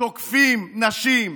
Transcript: תוקפים נשים,